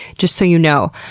just so you know,